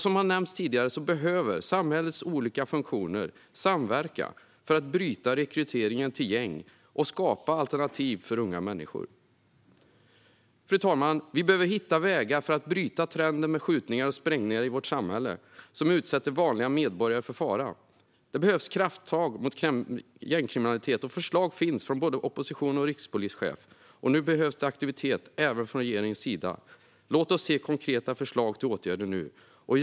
Som tidigare nämnts behöver samhällets olika funktioner samverka för att bryta rekryteringen till gäng och skapa alternativ för unga människor. Fru talman! Vi behöver hitta vägar för att bryta trenden med skjutningar och sprängningar i vårt samhälle. De utsätter vanliga medborgare för fara. Det behövs krafttag mot gängkriminalitet. Förslag finns från både opposition och rikspolischef. Nu behövs det aktivitet även från regeringens sida. Låt oss se konkreta förslag till åtgärder nu!